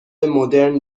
مدرن